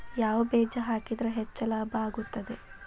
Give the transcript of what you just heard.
ಯಾವ ಬೇಜ ಹಾಕಿದ್ರ ಹೆಚ್ಚ ಲಾಭ ಆಗುತ್ತದೆ?